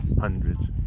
hundreds